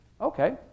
okay